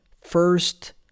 first